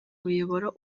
muyoboro